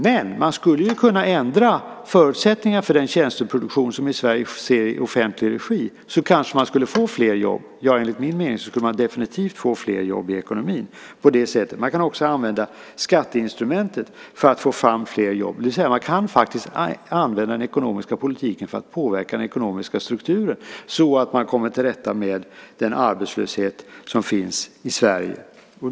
Men man skulle kunna ändra förutsättningarna för den tjänsteproduktion som i Sverige sker i offentlig regi. Då kanske man skulle få fler jobb. Enligt min mening skulle man definitivt få fler jobb i ekonomin på det sättet. Man kan också använda skatteinstrumentet för att få fram fler jobb. Man kan alltså använda den ekonomiska politiken för att påverka den ekonomiska strukturen så att man kommer till rätta med den arbetslöshet som finns i Sverige.